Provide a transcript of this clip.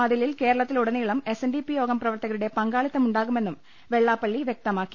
മതിലിൽ കേരളത്തിലുടനീളം S N D P Yogam പ്രവർത്തകരുടെ പങ്കാളിത്തമുണ്ടാ കുമെന്നും വെള്ളാപ്പള്ളി വൃക്തമാക്കി